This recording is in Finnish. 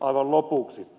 aivan lopuksi